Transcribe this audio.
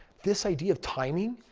this idea of timing,